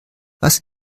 was